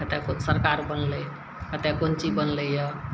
कतए कोन सरकार बनलै कतए कोन चीज बनलै यऽ